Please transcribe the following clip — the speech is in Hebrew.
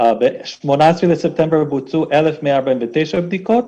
ב-18 בספטמבר בוצעו 1,149 בדיקות,